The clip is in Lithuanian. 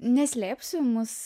neslėpsiu mus